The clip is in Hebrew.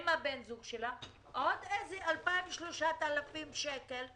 עם בן הזוג שלה, עוד 3,000-2,000 שקל שנתי.